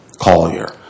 Collier